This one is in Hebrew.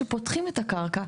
כשפותחים את הקרקע,